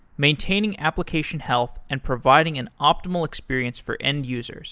maintaining application health and providing an optimal experience for end-users.